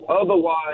Otherwise